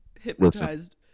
hypnotized